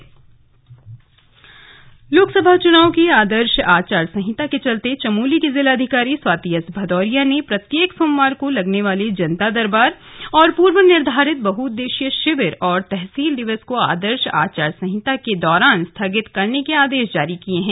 slug जिलाधिकारी चमोली लोक सभा चुनाव की आर्दश आचार संहिता के चलते चमोली की जिलाधिकारी स्वाति एस भदौरिया ने प्रत्येक सोमवार को लगने वाले जनता दरबार और पूर्व निर्धारित बहुउदेशीय शिविर और तहसील दिवसों को आचार संहिता के दौरान स्थगित करने के आदेश जारी किये है